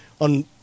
on